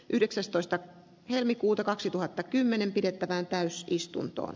yhdeksästoista helmikuuta kaksituhattakymmenen pidettävään täys istunto